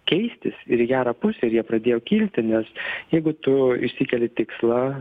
keistis ir į gerą pusę ir jie pradėjo kilti nes jeigu tu išsikeli tikslą